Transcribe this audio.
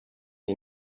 iyi